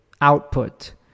output